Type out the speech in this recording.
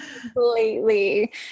Completely